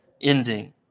ending